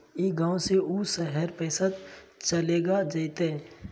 ई गांव से ऊ शहर पैसा चलेगा जयते?